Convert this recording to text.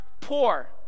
poor